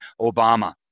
Obama